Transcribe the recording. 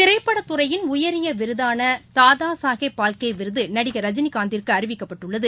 திரைப்படத் துறையின் உயரியவிருதானதாளகேப் பால்கேவிருதுநடிகர் ரஜினிகாந்திற்குஅறிவிக்கப்பட்டுள்ளது